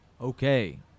Okay